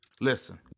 Listen